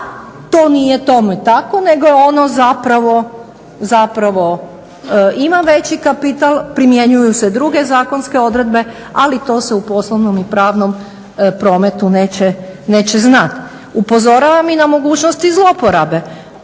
to nije tome tako nego ono zapravo ima veći kapital, primjenjuju se druge odredbe ali to se u poslovnom i pravnom prometu neće znati. Upozoravam i na mogućnosti zloporabe.